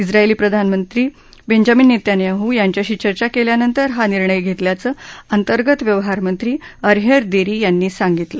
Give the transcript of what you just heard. उत्रायली पंतप्रधान Benjamin Netanyahu यांच्याशी चर्चा केल्यानंतर हा निर्णय घेतल्याचं अंतर्गत व्यवहार मंत्री अरयेह देरी यांनी सांगितलं